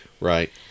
right